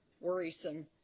worrisome